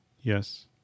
Yes